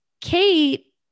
Kate